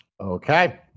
Okay